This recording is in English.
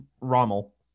Rommel